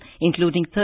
including